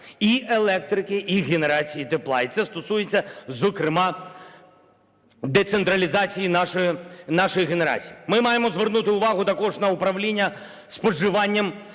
і електрики, і генерації тепла. І це стосується, зокрема, децентралізації нашої генерації. Ми маємо звернути увагу також на управління споживанням